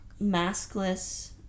Maskless